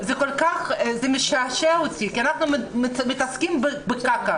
זה משעשע אותי, כי אנחנו מתעסקים בקקה.